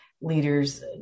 leaders